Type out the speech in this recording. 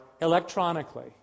electronically